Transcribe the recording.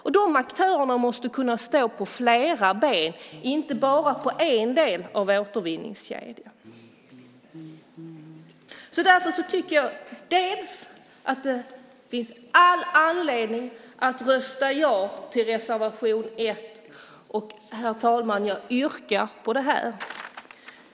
Och de aktörerna måste kunna stå på flera ben, inte bara på en del av återvinningskedjan. Därför tycker jag att det finns all anledning att rösta ja till reservation 1, och, herr talman, jag yrkar bifall till den.